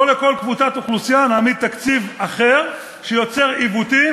ולא לכל קבוצת אוכלוסייה נעמיד תקציב אחר שיוצר עיוותים,